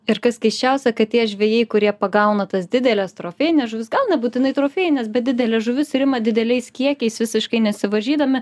ir kas keisčiausia kad tie žvejai kurie pagauna tas dideles trofėjines žuvis gal nebūtinai trofėjines bet didelė žuvis ir ima dideliais kiekiais visiškai nesivaržydami